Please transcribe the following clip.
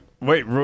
Wait